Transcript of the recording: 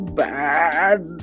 bad